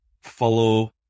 follow